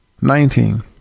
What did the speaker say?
Nineteen